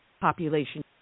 Population